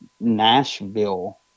Nashville